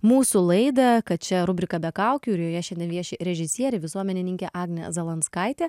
mūsų laidą kad čia rubrika be kaukių ir joje šiandien vieši režisierė visuomenininkė agnė zalanskaitė